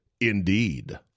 Indeed